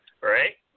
Right